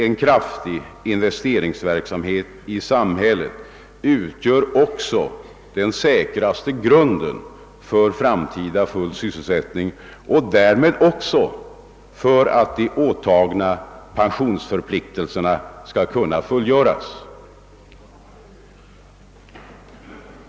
En kraftig investeringsverksamhet i samhället utgör också den säkraste grunden för framtida full sysselsättning och därmed för att pensionsförpliktelserna skall kunna fullgöras.